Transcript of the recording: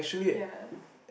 ya